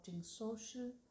social